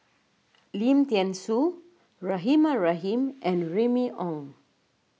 Lim thean Soo Rahimah Rahim and Remy Ong